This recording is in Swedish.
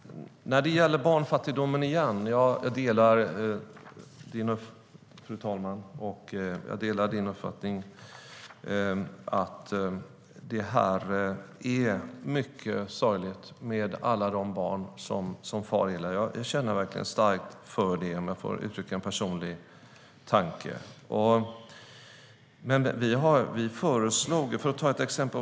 Jag kan ta ett exempel.